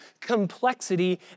complexity